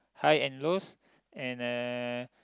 high and lows and uh